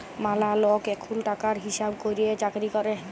ম্যালা লক এখুল টাকার হিসাব ক্যরের চাকরি ক্যরে